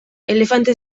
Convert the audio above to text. elefante